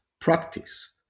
Practice